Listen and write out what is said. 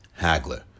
Hagler